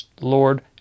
Lord